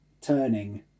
turning